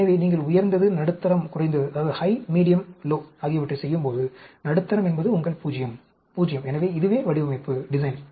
எனவே நீங்கள் உயர்ந்தது நடுத்தரம் குறைந்தது ஆகியவற்றை செய்யும்போது நடுத்தரம் என்பது உங்கள் 0 0 எனவே இதுவே வடிவமைப்பு டிசைன்